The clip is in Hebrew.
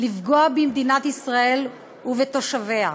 לפגוע במדינת ישראל ובתושביה.